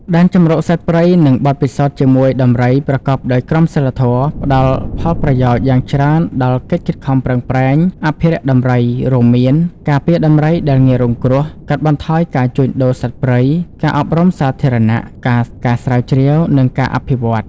ដែនជម្រកសត្វព្រៃ និងបទពិសោធន៍ជាមួយដំរីប្រកបដោយក្រមសីលធម៌ ផ្តល់ផលប្រយោជន៍យ៉ាងច្រើនដល់កិច្ចខិតខំប្រឹងប្រែងអភិរក្សដំរី រួមមាន ការពារដំរីដែលងាយរងគ្រោះ កាត់បន្ថយការជួញដូរសត្វព្រៃ ការអប់រំសាធារណៈ ការស្រាវជ្រាវ និងការអភិវឌ្ឍ។